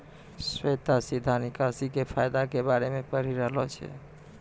श्वेता सीधा निकासी के फायदा के बारे मे पढ़ि रहलो छै